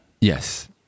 Yes